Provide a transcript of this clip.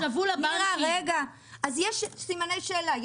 יש סימני שאלה,